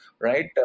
right